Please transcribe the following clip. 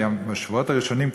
בשבועות הראשונים,